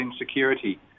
insecurity